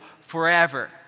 forever